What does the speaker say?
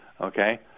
okay